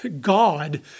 God